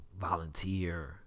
volunteer